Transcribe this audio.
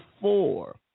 four